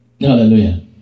Hallelujah